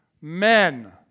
Men